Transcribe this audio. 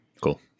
Cool